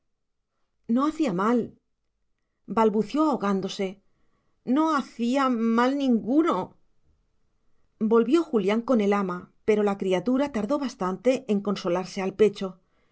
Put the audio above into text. él no hacía mal balbució ahogándose no ha cí a mal ningu no volvió julián con el ama pero la criatura tardó bastante en consolarse al pecho